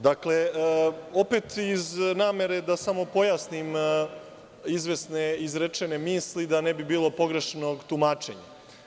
Dakle, opet iz namere da samo pojasnim izvesne izrečene misli, da ne bi bilo pogrešno tumačenja.